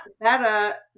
better